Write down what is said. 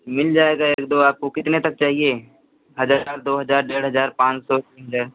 मिल जाएगा एक दो आपको कितने तक चाहिए हजार दो हजार डेढ़ हजार पाँच सौ तीन हजार